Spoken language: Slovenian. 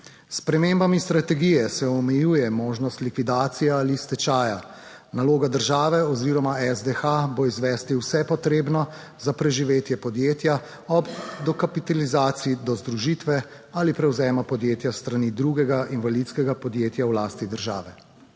spremembami strategije se omejuje možnost likvidacije ali stečaja. Naloga države oziroma SDH bo izvesti vse potrebno za preživetje podjetja ob dokapitalizaciji do združitve ali prevzema podjetja s strani drugega invalidskega podjetja v lasti države.